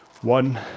one